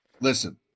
listen